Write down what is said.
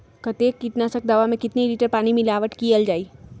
कतेक किटनाशक दवा मे कितनी लिटर पानी मिलावट किअल जाई?